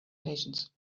patience